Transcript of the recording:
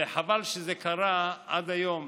וחבל שזה קרה עד היום.